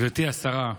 גברתי השרה,